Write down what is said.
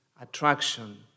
attraction